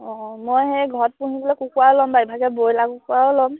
অঁ মই সেই ঘৰত পুহিবলৈ কুকুৰা ল'ম বাৰু ইভাগে ব্ৰইলাৰ কুকৰাও ল'ম